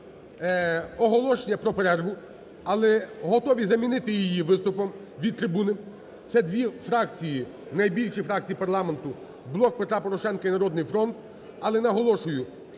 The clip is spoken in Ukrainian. оголошення про перерву. Але готові замінити її виступом від трибуни. Це дві фракції, найбільші фракції парламенту: "Блок Петра Порошенка" і "Народний фронт". Але, наголошую,